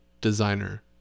designer